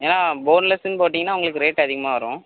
ஏன்னா போன்லெஸ்ஸுனு போட்டிங்கன்னால் உங்களுக்கு ரேட் அதிகமாக வரும்